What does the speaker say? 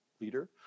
leader